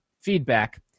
feedback